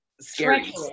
scary